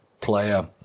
player